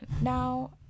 Now